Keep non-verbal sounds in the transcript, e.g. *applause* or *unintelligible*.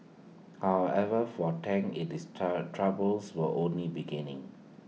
however for Tang IT is *unintelligible* troubles were only beginning